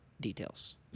details